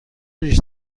ریش